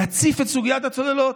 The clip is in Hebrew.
להציף את סוגיית הצוללות.